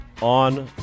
on